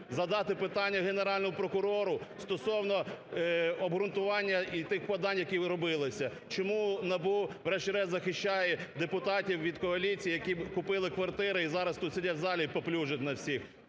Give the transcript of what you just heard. задати питання Генеральному прокурору стосовно обґрунтування і тих подань, які робилися. Чому НАБУ врешті-решт захищає депутатів від коаліції, які купили квартири і зараз тут сидять в залі і паплюжать на всіх.